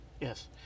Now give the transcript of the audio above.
yes